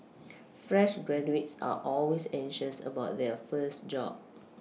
fresh graduates are always anxious about their first job